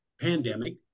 pandemic